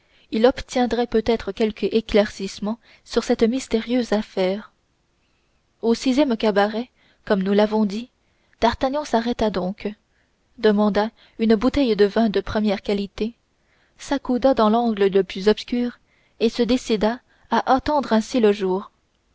il obtiendrait peut-être quelque éclaircissement sur cette mystérieuse affaire au sixième cabaret comme nous l'avons dit d'artagnan s'arrêta donc demanda une bouteille de vin de première qualité s'accouda dans l'angle le plus obscur et se décida à attendre ainsi le jour